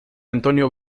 antonio